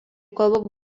kalba